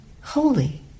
holy